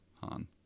Han